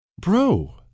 Bro